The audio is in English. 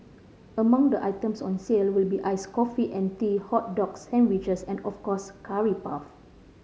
among the items on sale will be iced coffee and tea hot dogs sandwiches and of course curry puff